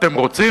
אתם רוצים,